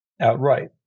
outright